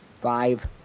Five